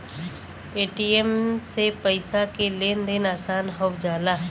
ATM से पइसा के लेन देन आसान हो जाला